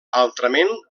altrament